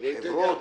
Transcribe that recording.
לא אתן לזה יד.